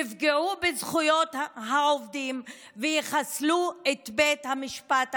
יפגעו בזכויות העובדים ויחסלו את בית המשפט העליון,